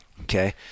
Okay